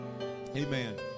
Amen